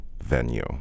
venue